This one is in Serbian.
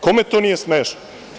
Kome to nije smešno?